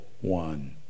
one